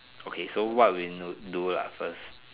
okay so what will do lah first